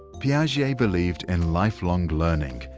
piaget believed in lifelong learning,